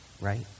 right